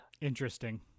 interesting